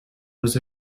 was